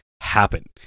happen